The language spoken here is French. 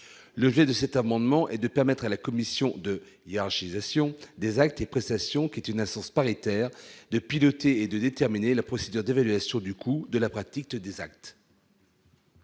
levier de cet amendement est de permettre à la commission de il y Hargeisa Sion des actes et prestations qui est une instance paritaire de piloter et de déterminer la procédure d'évaluation du coût de la pratique des actes.